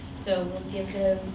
so we'll give